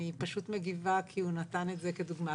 אני פשוט מגיבה כי הוא נתן את זה כדוגמה.